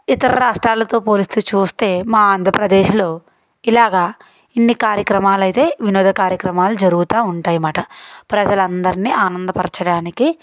ఇతర రాష్ట్రాలతో పోల్చి చూస్తే మా ఆంధ్రప్రదేశ్లో ఇలాగా ఇన్ని కార్యక్రమాలు అయితే వినోద కార్యక్రమాలు జరుగుతా ఉంటాయన్నమాట ప్రజలందరినీ ఆనందపరచడానికి